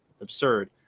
absurd